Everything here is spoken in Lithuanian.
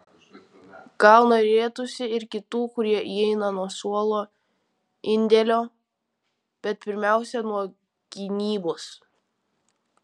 gal norėtųsi ir kitų kurie įeina nuo suolo indėlio bet pirmiausia nuo gynybos